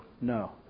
No